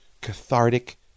Cathartic